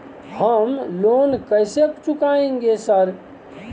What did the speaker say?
हम लोन कैसे चुकाएंगे सर?